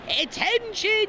Attention